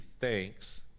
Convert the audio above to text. thanks